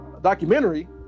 documentary